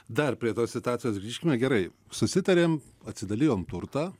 dar prie tos situacijos grįžkime gerai susitarėm atsidalijom turtą